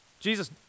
Jesus